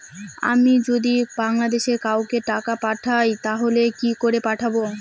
আমি যদি বাংলাদেশে কাউকে টাকা পাঠাই তাহলে কি করে পাঠাবো?